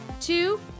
two